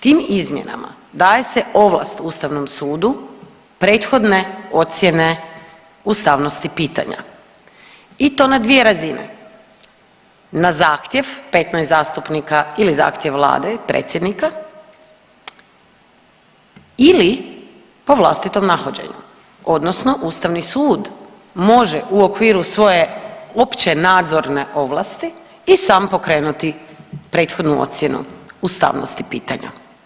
Tim izmjenama daje se ovlast ustavnom sudu prethodne ocjene ustavnosti pitanja i to na dvije razine, na zahtjev 15 zastupnika ili zahtjev vlade, predsjednika ili po vlastitom nahođenju odnosno ustavni sud može u okviru svoje opće nadzorne ovlasti i sam pokrenuti prethodnu ocjenu ustavnosti pitanja.